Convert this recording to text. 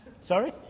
Sorry